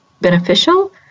beneficial